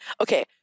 Okay